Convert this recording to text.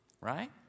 Right